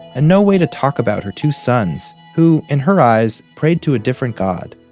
and no way to talk about her two sons who, in her eyes, prayed to a different god.